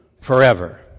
forever